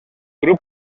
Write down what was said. grup